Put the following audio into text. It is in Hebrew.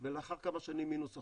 ולאחר כמה שנים מינוס אחוז,